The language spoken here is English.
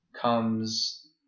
comes